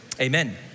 amen